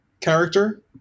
character